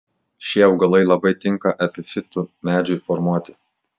šie augalai labai tinka epifitų medžiui formuoti